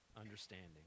understanding